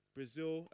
Brazil